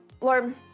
Lord